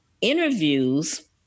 interviews